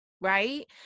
Right